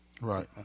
Right